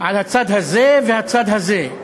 על הצד הזה והצד הזה.